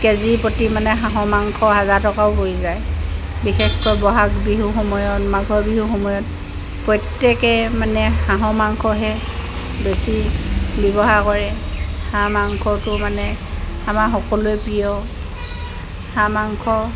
কেজিৰ প্ৰতি মানে হাঁহৰ মাংস হাজাৰ টকাও পৰি যায় বিশেষকৈ বহাগ বিহু সময়ত মাঘৰ বিহুৰ সময়ত প্ৰত্যেকে মানে হাঁহৰ মাংসহে বেছি ব্যৱহাৰ কৰে হাঁহ মাংসটো মানে আমাৰ সকলোৱে প্ৰিয় হাঁহ মাংস